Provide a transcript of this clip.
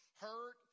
hurt